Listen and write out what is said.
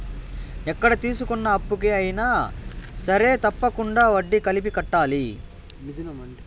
ఎక్కడ తీసుకున్న అప్పుకు అయినా సరే తప్పకుండా వడ్డీ కలిపి కట్టాలి